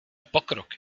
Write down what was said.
pokrok